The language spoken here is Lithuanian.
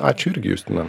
ačiū irgi justina